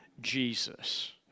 Jesus